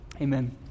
amen